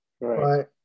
right